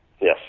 Yes